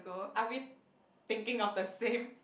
are we thinking of the same